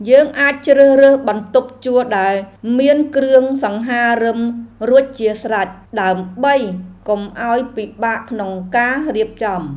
យើងអាចជ្រើសរើសបន្ទប់ជួលដែលមានគ្រឿងសង្ហារិមរួចជាស្រេច ដើម្បីកុំឱ្យពិបាកក្នុងការរៀបចំ។